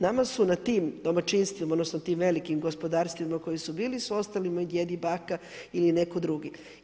Nama su nad tim domaćinstvima, odnosno, nad tim velikim gospodarstvima koji su bili, su ostali moj djed i baka ili netko drugi.